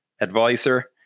advisor